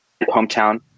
hometown